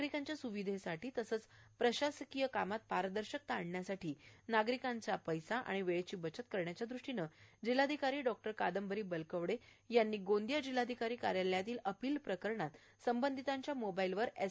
नागरिकांच्या स्विधेसाठी तसेच प्रशासकीय कामात पारदर्शीता आणण्यासाठी व नागरिकांच्या पैसा व वेळेची बचत करण्याच्या दृष्टीने जिल्हाधिकारी डॉ कादंबरी बलकवडे यांनी गोंदिया जिल्हाधिकारी कार्यालयातील अपील प्रकरणात संबंधितांच्या मोबाईलवर एस